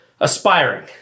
aspiring